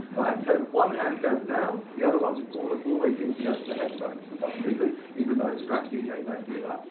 right, so one hand goes down the other one almost always seems to go to the headphones for some reason even though scratch djs don't do that,